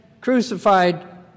crucified